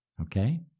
Okay